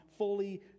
fully